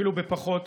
אפילו בפחות.